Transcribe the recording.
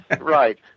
Right